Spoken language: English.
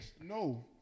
No